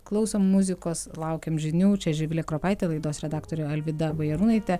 klausom muzikos laukiam žinių čia živilė kropaitė laidos redaktorė alvyda bajarūnaitė